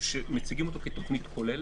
שמציגים אותו כתוכנית כוללת,